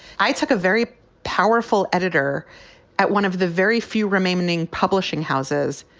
i took a very powerful editor at one of the very few remaining publishing houses,